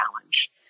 challenge